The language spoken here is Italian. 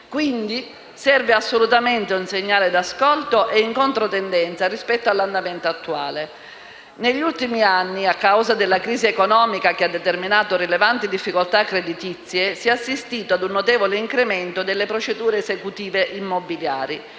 quindi assolutamente un segnale d'ascolto e in controtendenza rispetto all'andamento attuale. Negli ultimi anni, a causa della crisi economica che ha determinato rilevanti difficoltà creditizie, si è assistito ad un notevole incremento delle procedure esecutive immobiliari